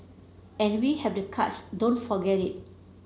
and we have the cards don't forget it